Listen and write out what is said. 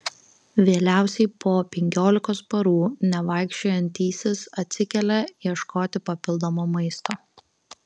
vėliausiai po penkiolikos parų nevaikščiojantysis atsikelia ieškoti papildomo maisto